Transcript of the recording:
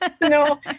No